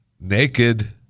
naked